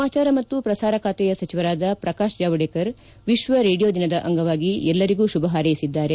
ಸಮಾಚಾರ ಮತ್ತು ಶ್ರಸಾರ ಖಾತೆಯ ಸಚಿವರಾದ ಶ್ರಕಾಶ್ ಜಾವಡೇಕರ್ ವಿಶ್ವ ರೇಡಿಯೋ ದಿನದ ಅಂಗವಾಗಿ ಎಲ್ಲರಿಗೂ ಶುಭ ಹಾರ್ಸೆಸಿದ್ಗಾರೆ